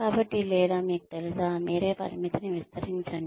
కాబట్టి లేదా మీకు తెలుసా మీరే పరిమితిని విస్తరించండి